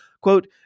Quote